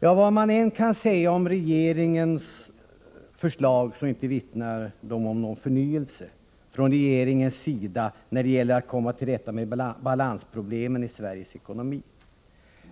Ja, vad man än kan säga om regeringens förslag, inte vittnar de om någon förnyelse från regeringens sida när det gäller att komma till rätta med balansproblemen i Sveriges ekonomi.